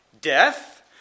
Death